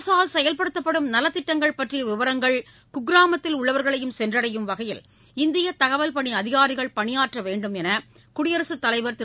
அரசால் செயல்படுத்தப்படும் நலத்திட்டங்கள் பற்றிய விவரங்கள் குக்கிராமத்தில் உள்ளவர்களையும் சென்றடையும் வகையில் இந்தியத் தகவல் பணி அதிகாரிகள் பணியாற்ற வேண்டுமென குடியரசுத் தலைவர் திரு